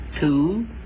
two